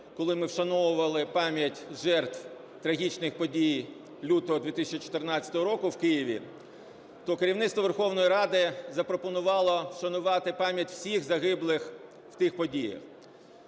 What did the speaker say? коли ми вшановували пам'ять жертв трагічних подій лютого 2014 року в Києві, то керівництво Верховної Ради запропонувало вшанувати пам'ять всіх загиблих в тих подіях.